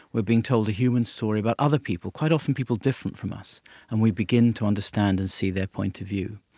we are being told a human story about other people, quite often people different from us and we begin to understand and see their point of view.